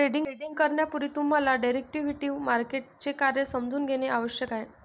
trading करण्यापूर्वी तुम्हाला derivative मार्केटचे कार्य समजून घेणे आवश्यक आहे